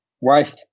wife